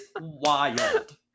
wild